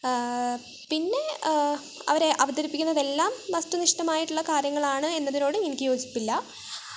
പിന്നേ അവർ അവതരിപ്പിക്കുന്നതെല്ലാം വസ്തുനിഷ്ഠമായിട്ടുള്ള കാര്യങ്ങളാണ് എന്നതിനോടും എനിക്ക് യോജിപ്പില്ല